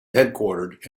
headquartered